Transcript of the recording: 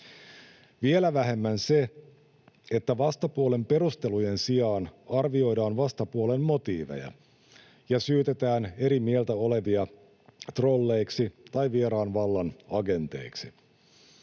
vielä vähemmän se, että vastapuolen perustelujen sijaan arvioidaan vastapuolen motiiveja ja syytetään eri mieltä olevia trolleiksi tai vieraan vallan agenteiksi.